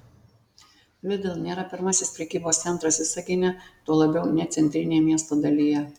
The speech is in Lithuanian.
lidl nėra pirmasis prekybos centras visagine tuo labiau ne centrinėje miesto dalyje